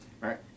right